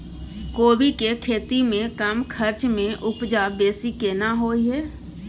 कोबी के खेती में कम खर्च में उपजा बेसी केना होय है?